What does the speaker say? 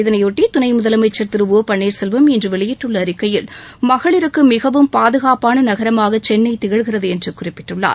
இதனை ஒட்டி துணை முதலமைச்சர் திரு ஒ பள்ளீர் செல்வம் இன்று வெளியிட்டுள்ள அறிக்கையில் மகளிருக்கு மிகவும் பாதுகாப்பான நகரமாக சென்னை திகழ்கிறது என்று குறிப்பிட்டுள்ளார்